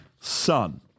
son